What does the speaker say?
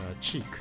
cheek